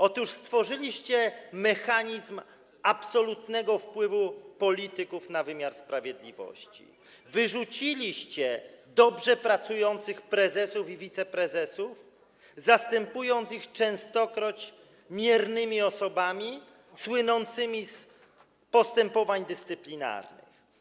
Otóż stworzyliście mechanizm absolutnego wpływu polityków na wymiar sprawiedliwości, wyrzuciliście dobrze pracujących prezesów i wiceprezesów, zastępując ich częstokroć miernymi osobami słynącymi z postępowań dyscyplinarnych.